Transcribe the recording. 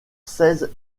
seize